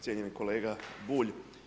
Cijenjeni kolega Bulj.